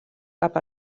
cap